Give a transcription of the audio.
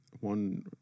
One